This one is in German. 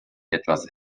etwas